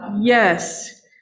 Yes